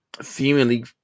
seemingly